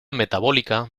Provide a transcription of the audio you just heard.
metabólica